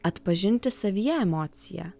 atpažinti savyje emociją